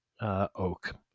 oak